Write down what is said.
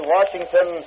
Washington